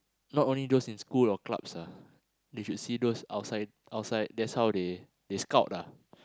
not only those in schools or clubs they should see those outside outside that's how they they scout